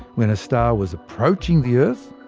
when a star was approaching the earth,